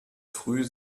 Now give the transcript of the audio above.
früh